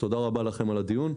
תודה רבה לכם על הדיון.